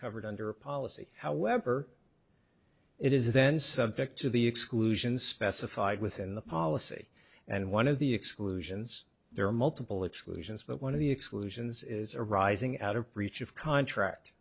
covered under a policy however it is then subject to the exclusion specified within the policy and one of the exclusions there are multiple exclusions but one of the exclusions is arising out of preach of contract